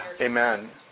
Amen